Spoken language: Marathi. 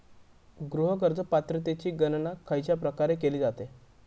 गृह कर्ज पात्रतेची गणना खयच्या प्रकारे केली जाते?